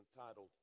entitled